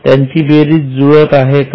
त्यांची बेरीज जुळत आहे का